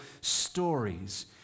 stories